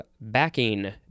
backing